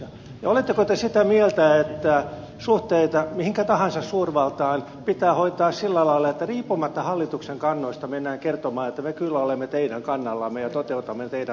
ja oletteko te sitä mieltä että suhteita mihinkä tahansa suurvaltaan pitää hoitaa sillä lailla että riippumatta hallituksen kannoista mennään kertomaan että me kyllä olemme teidän kannallanne ja toteutamme teidän toiveitanne